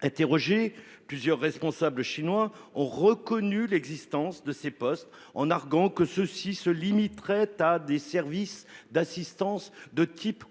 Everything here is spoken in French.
Interrogé plusieurs responsables chinois ont reconnu l'existence de ces postes en arguant que ceux-ci se limiterait à des services d'assistance de type